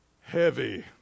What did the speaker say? heavy